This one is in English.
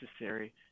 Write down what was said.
necessary